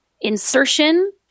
insertion